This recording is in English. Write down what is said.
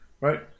right